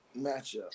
matchup